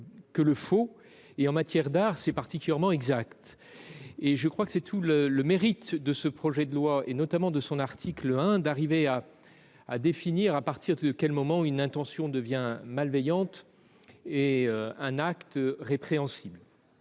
que le faux. En matière d'art, c'est particulièrement exact et tout le mérite de ce texte, notamment dans son article 1, est d'arriver à définir à partir de quel moment une intention devient malveillante et un acte répréhensible.